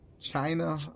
China